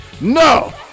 no